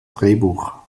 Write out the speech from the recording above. drehbuch